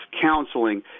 counseling